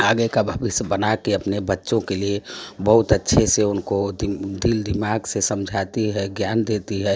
आगे का भविष्य बना के अपने बच्चों के लिए बहुत अच्छे से उनको दिल दिमाग से समझाती है ज्ञान देती है